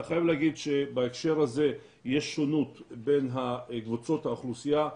אני חייב להגיד שבהקשר הזה יש שונות בין קבוצות האוכלוסייה.